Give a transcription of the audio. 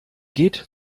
geht